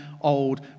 old